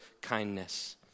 kindness